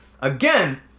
again